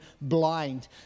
blind